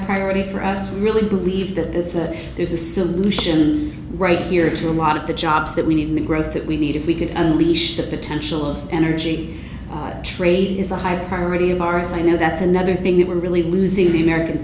priority for us we really believe that there's a there's a solution right here to a lot of the jobs that we need in the growth that we need if we could unleash that potential energy trade is a higher priority of ours i know that's another thing that we're really losing the american